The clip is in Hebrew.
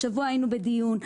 השבוע היינו בדיון,